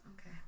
okay